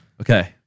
Okay